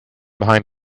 behind